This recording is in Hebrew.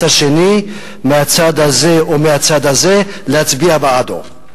השני מהצד הזה או מהצד הזה להצביע בעדו.